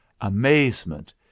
amazement